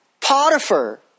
Potiphar